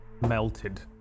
melted